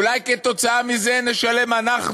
אולי כתוצאה מזה נשלם אנחנו,